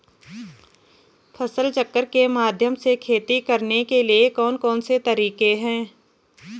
फसल चक्र के माध्यम से खेती करने के लिए कौन कौन से तरीके हैं?